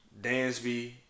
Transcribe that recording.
Dansby